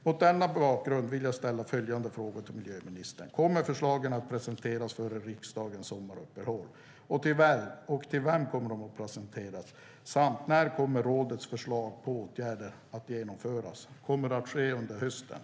Mot denna bakgrund vill jag ställa följande frågor till miljöministern: Kommer förslagen att presenteras före riksdagens sommaruppehåll? För vem kommer de att presenteras? När kommer rådets förslag på åtgärder att genomföras, kommer det att ske under hösten?